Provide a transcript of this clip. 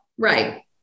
Right